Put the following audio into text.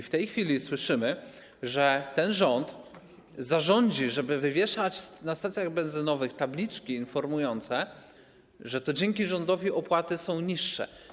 W tej chwili słyszymy, że ten rząd zarządzi, żeby wywieszać na stacjach benzynowych tabliczki informujące, że to dzięki rządowi opłaty są niższe.